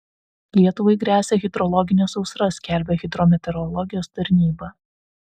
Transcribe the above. lietuvai gresia hidrologinė sausra skelbia hidrometeorologijos tarnyba